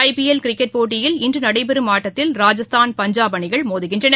ஐ P L cricket போட்டியில் இன்று நடைபெறும் ஆட்டத்தில் ராஜஸ்தான் பஞ்சாப் அணிகள் மோதுகின்றன